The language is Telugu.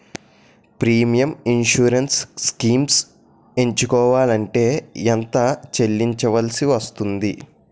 ప్రీమియం ఇన్సురెన్స్ స్కీమ్స్ ఎంచుకోవలంటే ఎంత చల్లించాల్సివస్తుంది??